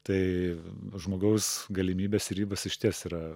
tai žmogaus galimybės ribos išties yra